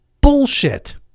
bullshit